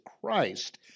Christ